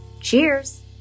Cheers